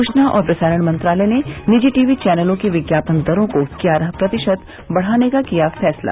सूचना और प्रसारण मंत्रालय ने निजी टीवी चौनलों की विज्ञापन दरों को ग्यारह प्रतिशत बढ़ाने का किया फैसला